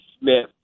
Smith